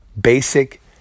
basic